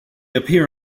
appear